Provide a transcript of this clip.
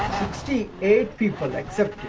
sixty eight people